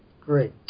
Great